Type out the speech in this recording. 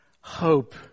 hope